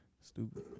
stupid